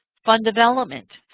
fund development.